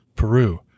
Peru